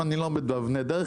אם אני לא עומד באבני הדרך,